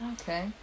Okay